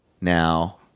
now